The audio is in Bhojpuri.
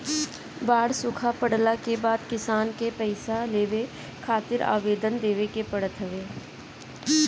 बाढ़ सुखा पड़ला के बाद किसान के पईसा लेवे खातिर आवेदन देवे के पड़त हवे